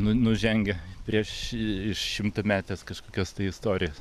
nu nužengę prieš i šimtametes kažkokias tai istorijas